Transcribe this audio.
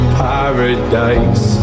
paradise